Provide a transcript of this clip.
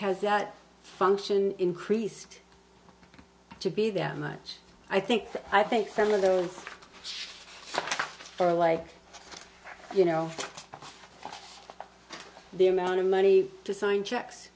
has that function increased to be that much i think i think some of those are like you know the amount of money to sign checks